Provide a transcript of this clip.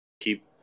keep